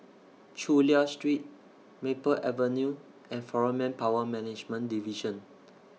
Chulia Street Maple Avenue and Foreign Manpower Management Division